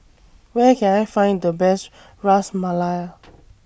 Where Can I Find The Best Ras Malai